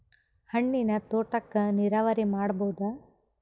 ಹಣ್ಣಿನ್ ತೋಟಕ್ಕ ನೀರಾವರಿ ಮಾಡಬೋದ?